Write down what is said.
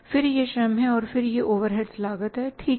फिर यह श्रम है और फिर यह ओवरहेड्स लागत है ठीक है